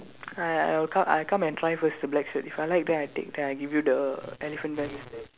I I will come I will come and try first the black suit if I like then I take then I give you the elephant pants